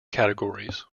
categories